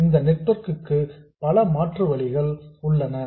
இந்த நெட்வொர்க் க்கு பல மாற்று வழிகள் உள்ளன